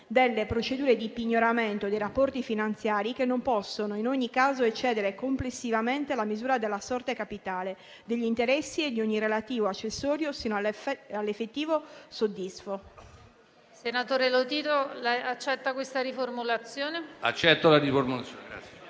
«delle procedure di pignoramento dei rapporti finanziari, che non possono in ogni caso eccedere complessivamente la misura della sorte capitale, degli interessi e di ogni relativo accessorio sino all'effettivo soddisfo,».